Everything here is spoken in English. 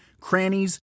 crannies